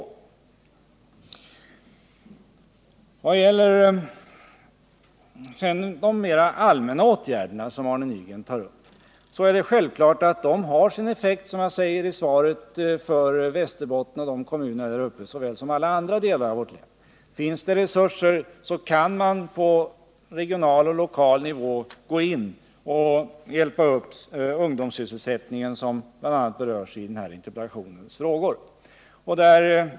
I vad sedan gäller de mera allmänna åtgärder som Arne Nygren tar upp, så är det självklart att de har sin effekt, som jag säger i svaret, för Västerbotten och kommunerna där uppe såväl som för alla andra delar av vårt land. Finns det resurser så kan man på regional och lokal nivå gå in och hjälpa upp ungdomssysselsättningen, som ju bl.a. berörs i den här interpellationen.